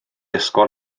ysgol